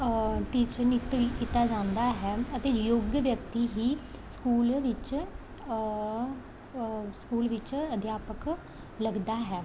teacher ਨਿਯੁਕਤ ਕੀਤਾ ਜਾਂਦਾ ਹੈ ਅਤੇ ਯੋਗ ਵਿਅਕਤੀ ਹੀ ਸਕੂਲ ਵਿੱਚ ਸਕੂਲ ਵਿੱਚ ਅਧਿਆਪਕ ਲੱਗਦਾ ਹੈ